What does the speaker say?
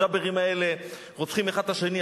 הג'אברים האלה רוצחים אחד את השני.